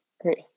Great